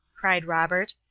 cried robert,